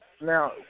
Now